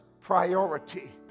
priority